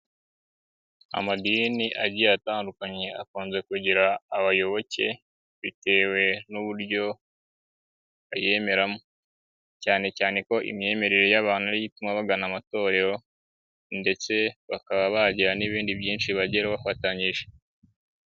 Amadini agiye atandukanye akunze kugira abayoboke bitewe n'uburyo bayemeramo, cyane cyane ko imyemerere y'abantu ariyo ituma bagana amatorero, ndetse bakaba bagira n'ibindi byinshi bageraho bafatanyije.